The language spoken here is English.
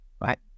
Right